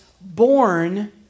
born